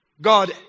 God